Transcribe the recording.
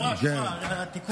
שורה, שורה, תיקון.